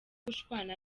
gushwana